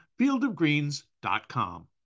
fieldofgreens.com